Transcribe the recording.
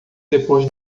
depois